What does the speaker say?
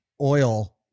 oil